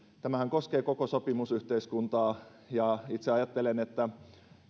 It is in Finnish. tämähän koskee koko sopimusyhteiskuntaa ja itse ajattelen että